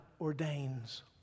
ordains